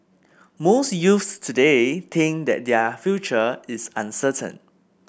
most youths today think that their future is uncertain